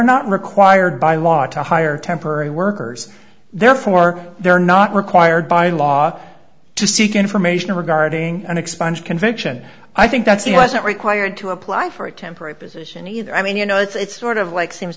not required by law to hire temporary workers therefore they're not required by law to seek information regarding an expunge conviction i think that's he wasn't required to apply for a temporary position either i mean you know it's sort of like seems